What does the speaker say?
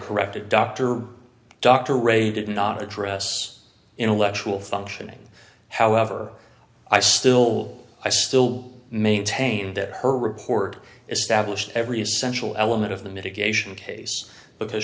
corrected dr dr ray did not address intellectual functioning however i still i still maintain that her report established every essential element of the mitigation case because